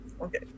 Okay